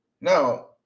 Now